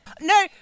No